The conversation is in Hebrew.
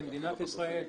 למדינת ישראל,